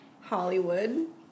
Hollywood